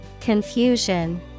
Confusion